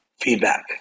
feedback